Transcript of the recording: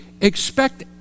expect